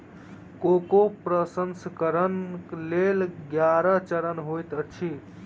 cocoa प्रसंस्करणक लेल ग्यारह चरण होइत अछि